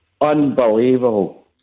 unbelievable